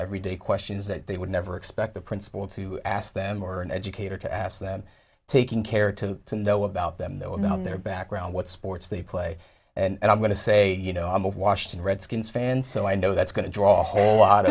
every day questions that they would never expect the principal to ask them or an educator to ask them taking care to know about them they will know their background what sports they play and i'm going to say you know i'm a washington redskins fan so i know that's going to draw whole lot